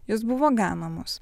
jos buvo ganomos